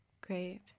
Great